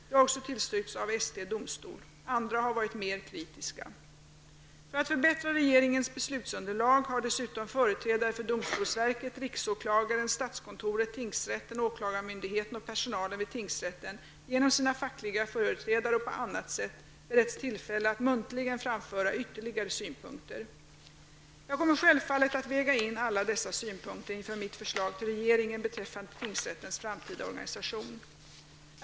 Det har också tillstyrkts av ST-Domstol. Andra har varit mer kritiska. För att förbättra regeringens beslutsunderlag har dessutom företrädare för domstolsverket, riksåklagaren, statskontoret, tingsrätten, åklagarmyndigheten och personalen vid tingsrätten -- genom sina fackliga företrädare och på annat sätt -- beretts tillfälle att muntligen framföra ytterligare synpunkter. Jag kommer självfallet att väga in alla dessa synpunkter inför mitt förslag till regeringen beträffande tingsrättens framtida organisation.